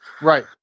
Right